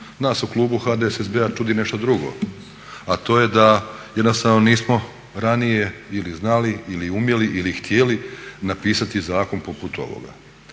Nas u klubu HDSSB-a čudi nešto drugo, a to je da jednostavno nismo ranije ili znali ili umjeli ili htjeli napisati zakon poput ovoga